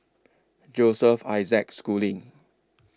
Joseph Isaac Schooling